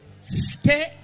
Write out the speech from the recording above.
Stay